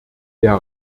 der